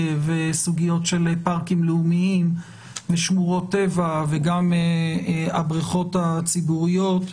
וסוגיות של פארקים לאומיים ושמורות טבע וגם הבריכות הציבוריות,